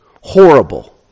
horrible